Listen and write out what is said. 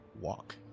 walk